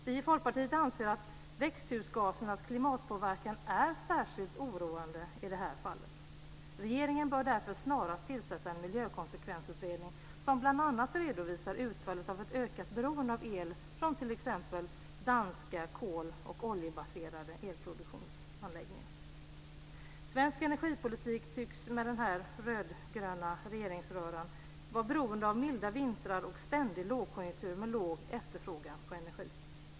Vi i Folkpartiet anser att växthusgasernas klimatpåverkan är särskilt oroande i det här fallet. Regeringen bör därför snarast tillsätta en miljökonsekvensutredning som bl.a. redovisar utfallet av ett ökat beroende av el från t.ex. danska kol och oljebaserade elproduktionsanläggningar. Svensk energipolitik tycks med den rödgröna regeringsröran vara beroende av milda vintrar och ständig lågkonjunktur med låg efterfrågan på energi.